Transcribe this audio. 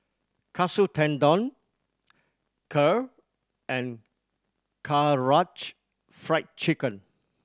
Katsu Tendon Kheer and Karaage Fried Chicken